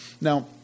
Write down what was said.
Now